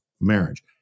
marriage